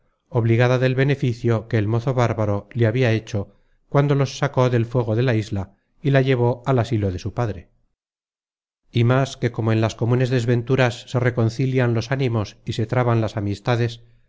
obligada del beneficio que el mozo bárbaro le habia hecho cuando los sacó del fuego de la isla y la llevó al asilo de su padre y más que como en las comunes desventuras se reconcilian los ánimos y se traban las amistades